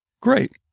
Great